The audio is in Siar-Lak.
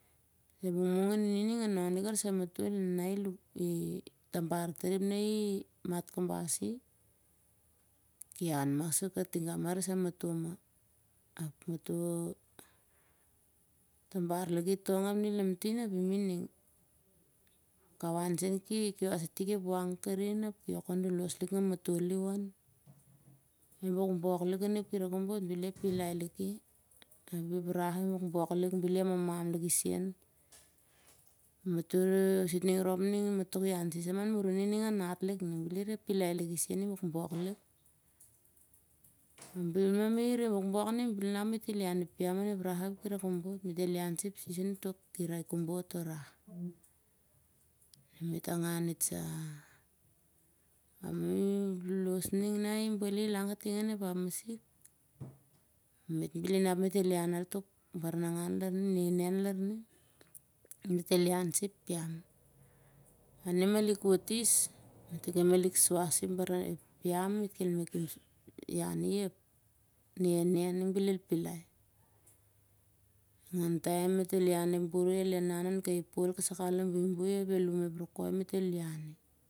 Ep mungmung anun i anong lik arisam matol e nana i tabar tari ap nah i mat kabas i. ki han mah su katigau arisam matol mazh. ap matoh tabar liki tong ap na i lamtin ap imining. e kawan sen ki kios itik ep wang karin ap kiwok kon lolosh lik ngamatol on, i bokbok lik on ep kirai kobot bel i apilai liki ap iep rah i bokbok lik bel i hamamam liki sen sitning rop ning matoh rere ian sis apilai liki sen ni bokbok lik. ap bel mah, ire bokbok ning bel mah matoh rere ian sis samah an murun i a anat lik ning, bel ire apilai liki sen ni bokbok lik. ap bel mah. ire bokbok ning bel mah matoh re ian ep biam on ep rah ap ep kirai kobot. met reh ian sah ep sis on toh kirai kobot ap toh rah. met angan itsah. na i bali el han kating on ep hap masik, met bel inap metel ian al tok baranangan nenen lar ning. metel ian sah ep piam. mana imalik wsot is, met malik suah soi ep piam matoh kel malik iani ep nenen ning bel el pilai. ningan taem el inan on kai pol kasai kawas lon buibui ap el hum ep rokol ap met el iani